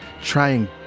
trying